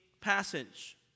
passage